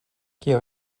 kio